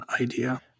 idea